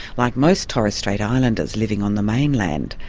like most torres strait islanders living on the mainland,